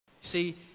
See